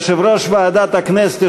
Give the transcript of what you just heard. יושב-ראש ועדת הכנסת,